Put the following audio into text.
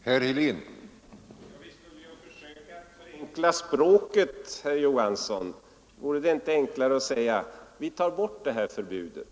Herr talman! Vi skulle ju försöka förenkla språket, herr Johansson! Vore det inte enklare att säga att vi tar bort det här förbudet?